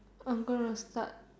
I'm gonna start